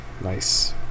Nice